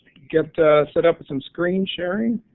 get set up with some screen sharing.